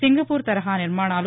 Singapore తరహా నిర్మాణాలు